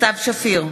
סתיו שפיר,